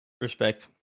Respect